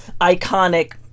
iconic